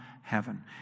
heaven